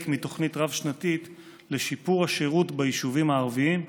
מתוכנית רב-שנתית לשיפור השירות ביישובים הערביים.